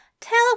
Tell